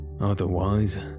Otherwise